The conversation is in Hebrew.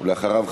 ואחריו,